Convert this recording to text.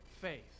faith